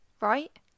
right